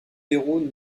libéraux